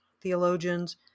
theologians